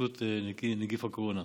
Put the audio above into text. התפשטות נגיף הקורונה.